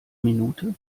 minute